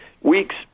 weeks